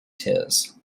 tears